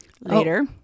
later